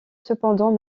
cependant